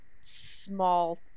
small